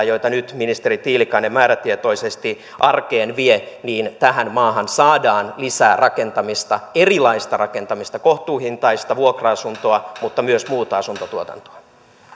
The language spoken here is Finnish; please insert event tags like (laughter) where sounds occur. (unintelligible) joita nyt ministeri tiilikainen määrätietoisesti arkeen vie tähän maahan saadaan lisää rakentamista erilaista rakentamista kohtuuhintaisia vuokra asuntoja mutta myös muuta asuntotuotantoa